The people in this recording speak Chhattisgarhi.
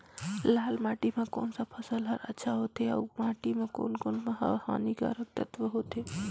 लाल माटी मां कोन सा फसल ह अच्छा होथे अउर माटी म कोन कोन स हानिकारक तत्व होथे?